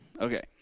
okay